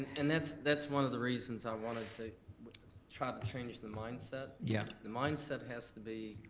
and that's that's one of the reasons i wanted to try to change the mindset. yeah the mindset has to be,